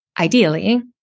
ideally